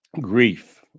Grief